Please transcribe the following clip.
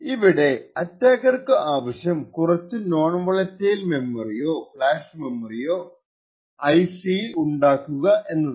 ഇവിടെ അറ്റാക്കർക്കു ആവശ്യം കുറച്ചു നോൺ വോളറ്റൈൽ മെമ്മറിയോ ഫ്ലാഷ് മെമ്മറിയോ ഐസിയിൽ ഉണ്ടാക്കുകയാണ്